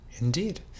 indeed